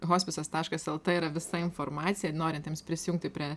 hospisas taškas lt yra visa informacija norintiems prisijungti prie